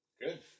Good